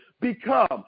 become